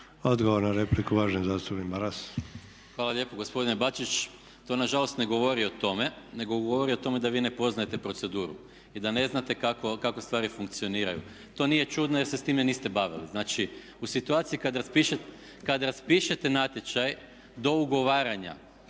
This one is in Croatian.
Odgovor na repliku uvaženi zastupnik Maras. **Maras, Gordan (SDP)** Hvala lijepo gospodine Bačić, to nažalost ne govori o tome nego govori o tome da vi ne poznajete proceduru i da ne znate kako stvari funkcioniraju. To nije čudno jer se sa time niste bavili. Znači u situaciji kada raspišete natječaj do ugovaranja,